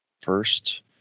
first